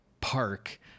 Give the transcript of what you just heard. park